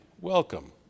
welcome